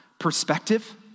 perspective